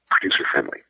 producer-friendly